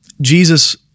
Jesus